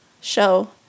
show